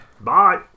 Bye